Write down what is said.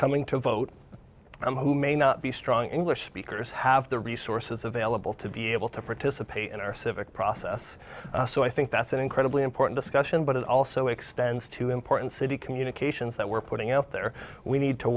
coming to vote on who may not be strong english speakers have the resources available to be able to participate in our civic process so i think that's an incredibly important discussion but it also extends to important city communications that we're putting out there we need to